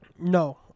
No